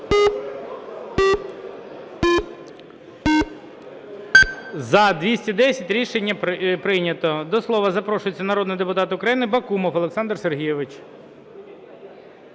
За-210 Рішення прийнято. До слова запрошується народний депутат України Бакумов Олександр Сергійович.